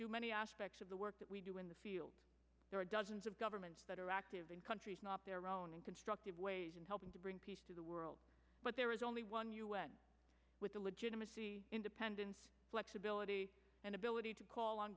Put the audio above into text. do many aspects of the work that we do in the field there are dozens of governments that are active in countries not their own in constructive ways in helping to bring peace to the world but there is only one with the legitimacy independence flexibility and ability to call on